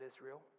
Israel